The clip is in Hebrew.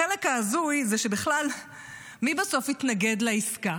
החלק ההזוי זה שבכלל מי בסוף התנגד לעסקה?